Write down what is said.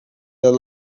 their